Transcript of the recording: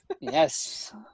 Yes